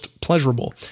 pleasurable